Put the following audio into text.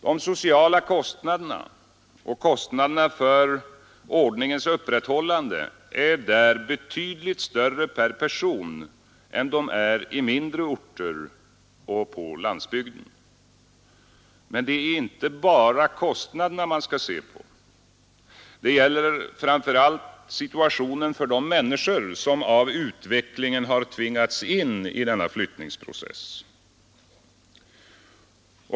De sociala kostnaderna och kostnaderna för ordningens upprätthållande är där betydligt större per person än de är i mindre orter och på landsbygden. Men det är inte bara kostnaderna man skall se på. Det gäller framför allt situationen för de människor som av utvecklingen tvingats in i denna flyttningsprocess.